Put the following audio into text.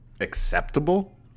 acceptable